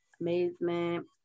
amazement